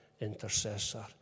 Intercessor